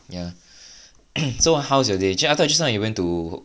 yeah so how's your day I thought just now you went to